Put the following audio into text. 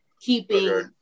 keeping